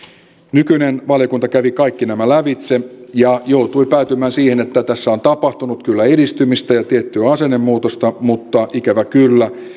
nykyinen valiokunta kävi kaikki nämä lävitse ja joutui päätymään siihen että tässä on tapahtunut kyllä edistymistä ja tiettyä asennemuutosta mutta ikävä kyllä